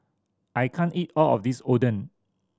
I can't eat all of this Oden